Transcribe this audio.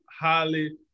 highly